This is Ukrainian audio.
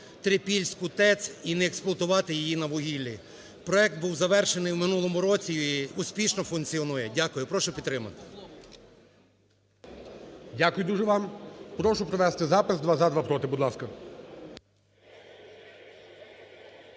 Трипільську ТЕС і не експлуатувати її на вугіллі. Проект був завершений в минулому році і успішно функціонує. Дякую. Прошу підтримати. ГОЛОВУЮЧИЙ. Дякую дуже вам. Прошу провести запис: два – за, два – проти, будь ласка.